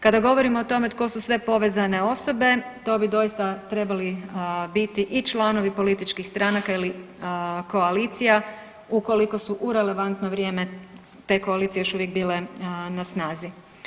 Kada govorimo o tome tko su sve povezane osobe to bi doista trebali biti i članovi političkih stranaka ili koalicija ukoliko su u relevantno vrijeme te koalicije još uvijek bile na snazi.